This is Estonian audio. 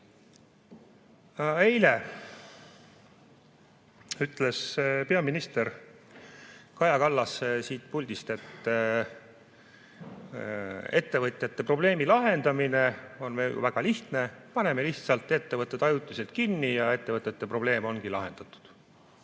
Eile ütles peaminister Kaja Kallas siit puldist, et ettevõtjate probleemi lahendamine on väga lihtne, paneme lihtsalt ettevõtted ajutiselt kinni ja ettevõtete probleem ongi lahendatud.